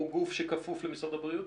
או הוא גוף שכפוף למשרד הבריאות?